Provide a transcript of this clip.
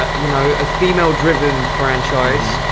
ah you know a female-driven franchise,